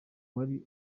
wari